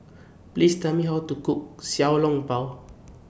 Please Tell Me How to Cook Xiao Long Bao